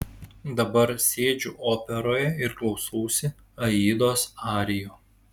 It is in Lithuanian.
dabar sėdžiu operoje ir klausausi aidos arijų